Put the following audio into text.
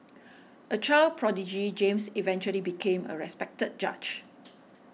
a child prodigy James eventually became a respected judge